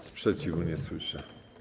Sprzeciwu nie słyszę.